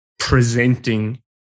presenting